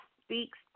speaks